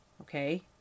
Okay